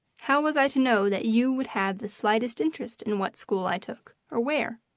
how was i to know that you would have the slightest interest in what school i took, or where.